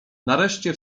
nareszcie